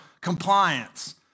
compliance